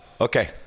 Okay